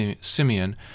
Simeon